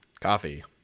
coffee